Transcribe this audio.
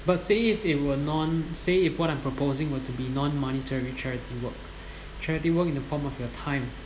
but say if they were non~ say if what I'm proposing were to be non monetary charity work charity work in the form of your time